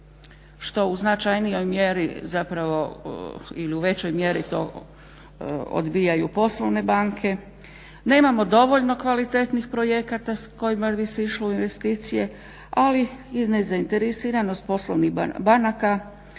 što u značajnijoj mjeri zapravo ili u većoj mjeri to odbijaju poslovne banke, nemamo dovoljno kvalitetnih projekata s kojima bi se išlo u investicije, ali i nezainteresiranost poslovnih banaka